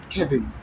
Kevin